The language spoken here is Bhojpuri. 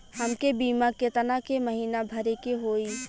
हमके बीमा केतना के महीना भरे के होई?